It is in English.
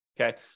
okay